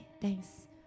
thanks